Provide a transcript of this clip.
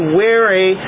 weary